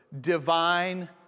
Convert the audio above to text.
divine